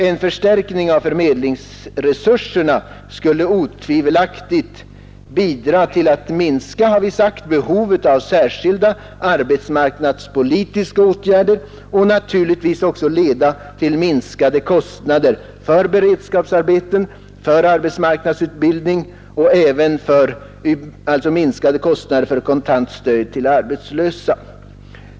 En förstärkning av förmedlingsresurserna skulle otvivelaktigt bidra till att minska, har vi sagt, behovet av särskilda arbetsmarknadspolitiska åtgärder och naturligtvis också leda till minskade kostnader för beredskapsarbeten, för arbetsmarknadsutbildning och för kontant stöd till arbetslösa.